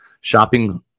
shopping